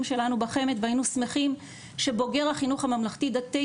שלנו בחמ"ד והיינו שמחים שבוגר החינוך הממלכתי דתי